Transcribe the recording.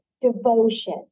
devotion